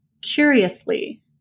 curiously